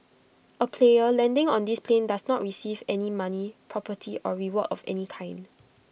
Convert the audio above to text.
A player landing on this plane does not receive any money property or reward of any kind